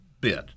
bit